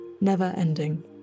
never-ending